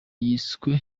yiswe